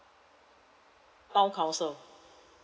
town council